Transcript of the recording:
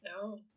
No